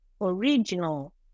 original